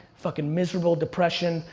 fucking miserable, depression,